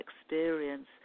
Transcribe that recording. experience